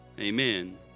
Amen